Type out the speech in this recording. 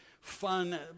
fun